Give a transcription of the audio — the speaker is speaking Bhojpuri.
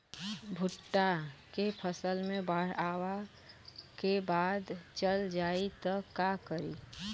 भुट्टा के फसल मे बाढ़ आवा के बाद चल जाई त का करी?